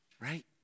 right